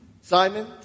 Simon